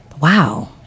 Wow